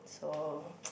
so